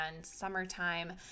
summertime